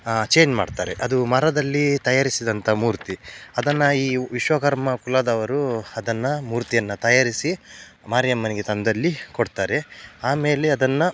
change ಮಾಡ್ತಾರೆ ಅದು ಮರದಲ್ಲಿ ತಯಾರಿಸಿದಂಥ ಮೂರ್ತಿ ಅದನ್ನು ಈ ವಿಶ್ವಕರ್ಮ ಕುಲದವರು ಅದನ್ನು ಮೂರ್ತಿಯನ್ನು ತಯಾರಿಸಿ ಮಾರಿಯಮ್ಮನಿಗೆ ತಂದಲ್ಲಿ ಕೊಡ್ತಾರೆ ಆಮೇಲೆ ಅದನ್ನು